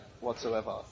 whatsoever